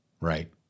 right